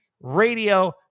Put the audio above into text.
radio